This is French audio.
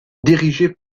dirigée